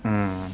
mm